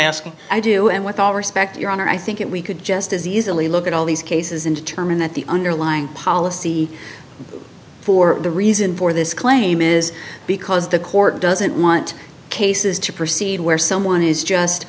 asking i do and with all respect your honor i think it we could just as easily look at all these cases and determine that the underlying policy for the reason for this claim is because the court doesn't want cases to proceed where someone is just